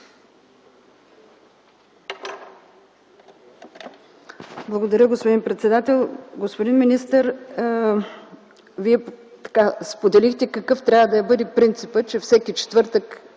Благодаря, господин председател. Господин министър, Вие споделихте какъв трябва да бъде принципът – че комисията трябва